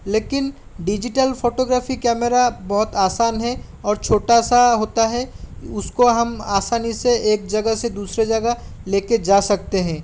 लेकिन digital photography camera बहुत आसान है और छोटा सा होता है उसको हम आसानी से एक जगह से दूसरे जगह लेके जा सकते हैं